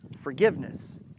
forgiveness